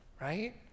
right